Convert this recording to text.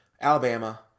Alabama